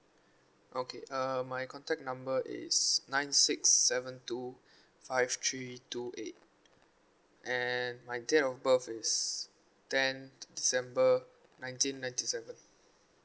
okay uh my contact number is nine six seven two five three two eight and my date of birth is ten december nineteen ninety seven